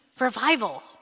revival